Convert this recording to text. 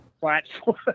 platform